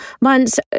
months